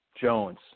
Jones